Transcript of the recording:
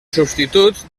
substituts